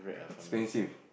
expensive